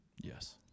Yes